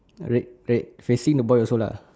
red red facing the boy also lah